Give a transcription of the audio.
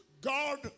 God